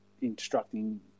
instructing